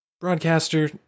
broadcaster